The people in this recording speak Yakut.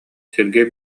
сергей